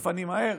מפנים מהר,